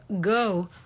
go